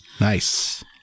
Nice